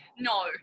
No